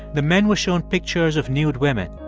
the men were shown pictures of nude women.